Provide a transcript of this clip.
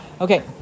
Okay